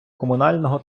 комунального